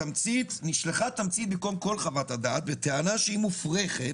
התמצית נשלחה במקום כל חוות הדעת בטענה שהיא מופרכת,